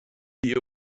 the